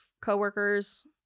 co-workers